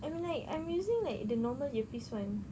I'm like I'm using like the normal earpiece [one]